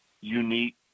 unique